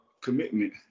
commitment